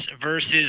versus